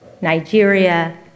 Nigeria